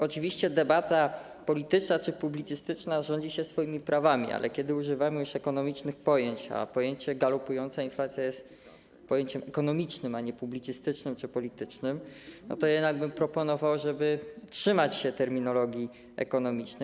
Oczywiście debata polityczna czy publicystyczna rządzi się swoimi prawami, ale kiedy używamy już ekonomicznych pojęć, a pojęcie galopująca inflacja jest pojęciem ekonomicznym, a nie publicystycznym czy politycznym, to jednak bym proponował, żeby trzymać się terminologii ekonomicznej.